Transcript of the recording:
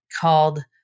called